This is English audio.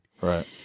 Right